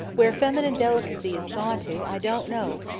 where feminine delicacy is gone to, i don't know!